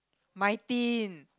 nineteen